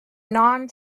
non